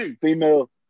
female